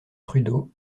trudeau